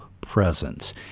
presence